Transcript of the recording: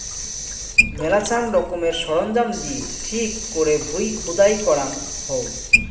মেলাছান রকমের সরঞ্জাম দিয়ে ঠিক করে ভুঁই খুদাই করাঙ হউ